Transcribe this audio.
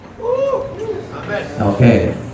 Okay